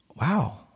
wow